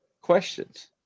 questions